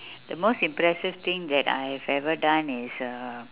the most impressive thing that I've ever done is uh